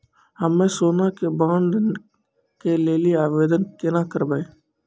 हम्मे सोना के बॉन्ड के लेली आवेदन केना करबै?